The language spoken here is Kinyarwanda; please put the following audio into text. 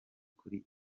kuri